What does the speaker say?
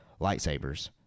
lightsabers